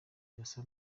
yasa